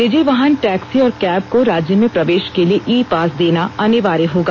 निजी वाहन टैक्सी और कैब को राज्य में प्रवेश के लिए ई पास देना अनिवार्य होगा